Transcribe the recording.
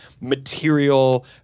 material